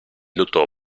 dottor